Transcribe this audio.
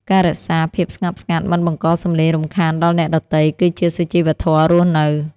ការរក្សាភាពស្ងប់ស្ងាត់មិនបង្កសំឡេងរំខានដល់អ្នកដទៃ គឺជាសុជីវធម៌រស់នៅ។